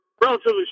relatively